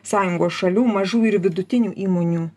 sąjungos šalių mažų ir vidutinių įmonių